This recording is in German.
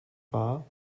war